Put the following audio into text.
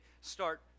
start